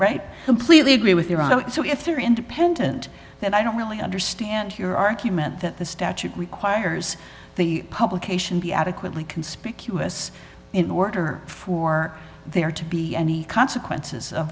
right completely agree with your own so if they're independent then i don't really understand your argument that the statute requires the publication be adequately conspicuous in order for there to be any consequences of